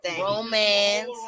romance